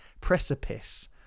precipice